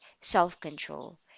self-control